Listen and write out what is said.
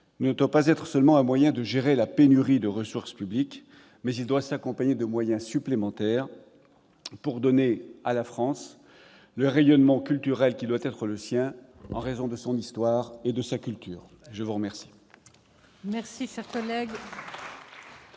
ne doit pas être seulement un moyen de gérer la pénurie de ressources publiques ; il doit s'accompagner de moyens supplémentaires pour donner à la France le rayonnement culturel qui doit être le sien en raison de son histoire et de sa culture. La parole